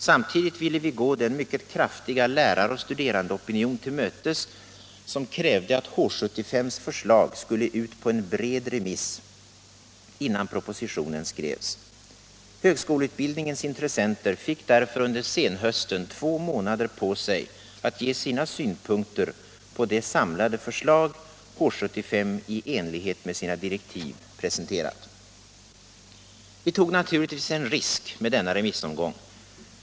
Samtidigt ville vi gå den mycket kraftiga lärar och studerandeopinion till mötes som krävde att H 75:s förslag skulle ut på en bred remiss innan propositionen skrevs. Högskoleutbildningens intressenter fick därför under senhösten två månader på sig att ge sina synpunkter på det samlade förslag H 75 i enlighet med sina direktiv presenterat. Vi tog naturligtvis en risk med denna remissomgång.